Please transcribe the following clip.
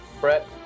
Brett